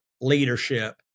leadership